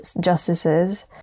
justices